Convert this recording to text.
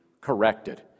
corrected